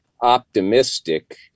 optimistic